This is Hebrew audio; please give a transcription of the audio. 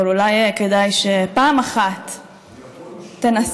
אבל אולי כדאי שפעם אחת תנסה,